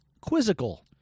quizzical